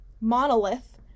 monolith